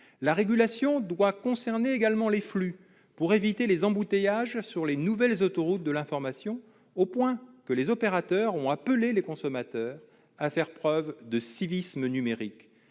La régulation doit concerner également les flux, pour éviter les embouteillages sur les nouvelles autoroutes de l'information. D'ailleurs, les opérateurs ont appelé les consommateurs à faire preuve de « civisme numérique